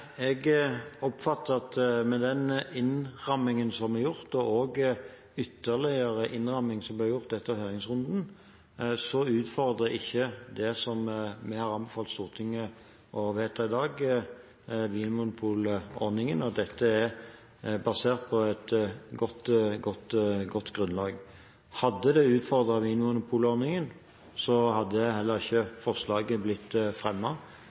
Jeg oppfatter at med den innrammingen som er gjort, og også ytterligere innramming som ble gjort etter høringsrunden, utfordrer ikke det som vi har anbefalt Stortinget å vedta i dag, vinmonopolordningen, og dette er basert på et godt grunnlag. Hadde det utfordret vinmonopolordningen, hadde heller ikke forslaget blitt